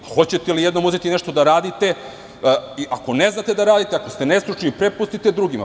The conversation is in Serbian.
Hoćete li jednom uzeti nešto da radite ako neznate da radite, ako ste nestručni prepustite drugima.